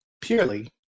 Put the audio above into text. purely